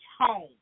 home